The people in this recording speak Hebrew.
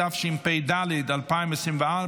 התשפ"ד 2024,